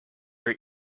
were